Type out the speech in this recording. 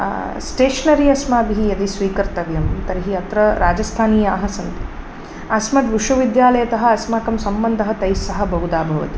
stationery अस्माभिः यदि स्वीकर्तव्यं तर्हि अत्र राजस्थानीयाः सन्ति अस्मद्विश्वविद्यालयतः अस्माकं सम्बन्धः तैस्सह बहुधा भवति